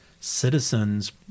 citizens